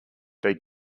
they